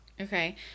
Okay